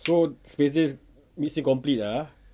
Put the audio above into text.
so spacedays mission complete ah